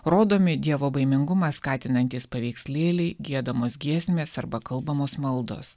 rodomi dievobaimingumą skatinantys paveikslėliai giedamos giesmės arba kalbamos maldos